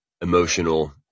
emotional